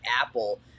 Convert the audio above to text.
Apple